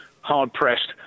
hard-pressed